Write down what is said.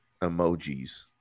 emojis